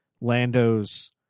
Lando's